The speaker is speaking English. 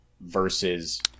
versus